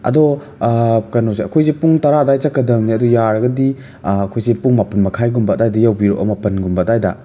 ꯑꯗꯣ ꯀꯩꯅꯣꯁꯦ ꯑꯩꯈꯣꯏꯁꯦ ꯄꯨꯡ ꯇꯔꯥ ꯑꯗꯨꯋꯥꯏ ꯆꯠꯀꯗꯝꯅꯦ ꯑꯗꯣ ꯌꯥꯔꯒꯗꯤ ꯑꯩꯈꯣꯏꯁꯦ ꯄꯨꯡ ꯃꯥꯄꯟꯃꯈꯥꯏꯒꯨꯝꯕ ꯑꯗꯨꯋꯥꯏꯗ ꯌꯧꯕꯤꯔꯛꯑꯣ ꯃꯄꯥꯟꯒꯨꯝꯕ ꯑꯗꯨꯋꯥꯏꯗ